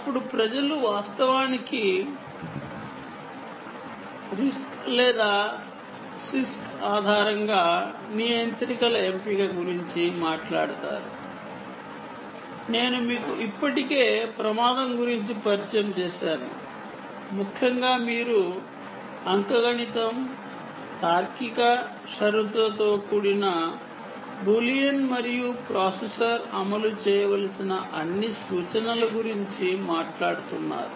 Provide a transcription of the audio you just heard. అప్పుడు ప్రజలు వాస్తవానికి RISC లేదా CISC ఆధారంగా నియంత్రికల ఎంపిక గురించి మాట్లాడతారు నేను మీకు ఇప్పటికే రిస్క్ గురించి పరిచయం చేసాను ముఖ్యంగా మీరు అర్థమెటిక్ లాజికల్ కండిషనల్ బులెన్ మరియు ప్రాసెసర్ అమలు చేయవలసిన అన్ని సూచనల గురించి మాట్లాడుతున్నారు